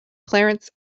clarence